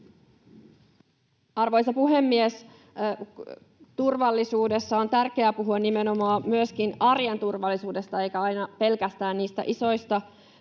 Arvoisa puhemies! Turvallisuudessa on tärkeää puhua myöskin nimenomaan arjen turvallisuudesta eikä aina pelkästään isoista